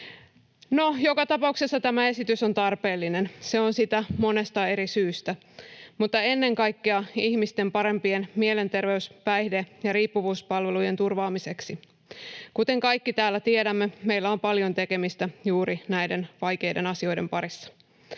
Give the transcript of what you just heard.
joka tapauksessa tämä esitys on tarpeellinen. Se on sitä monesta eri syystä, mutta ennen kaikkea ihmisten parempien mielenterveys-, päihde- ja riippuvuuspalvelujen turvaamiseksi. Kuten kaikki täällä tiedämme, meillä on paljon tekemistä juuri näiden vaikeiden asioiden parissa: